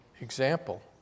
example